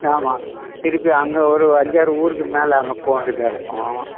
ஆமாம் திருப்பி அங்கே ஒரு அஞ்சாறு ஊருக்கு மேலே அங்கே போகவேண்டியதா இருக்கும்